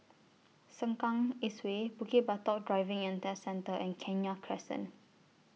Sengkang East Way Bukit Batok Driving and Test Centre and Kenya Crescent